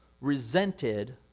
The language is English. resented